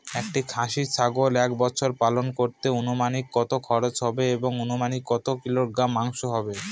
একটি খাসি ছাগল এক বছর পালন করতে অনুমানিক কত খরচ হবে এবং অনুমানিক কত কিলোগ্রাম মাংস হবে?